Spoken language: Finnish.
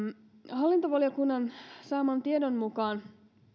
hallintovaliokunnan saaman tiedon mukaan